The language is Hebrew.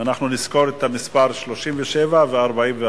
ואנחנו נזכור את המספר 37 ו-44,